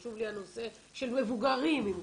חשוב לי הנושא של מבוגרים עם מוגבלות,